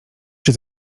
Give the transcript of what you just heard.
czy